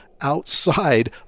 outside